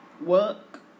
work